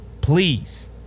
Please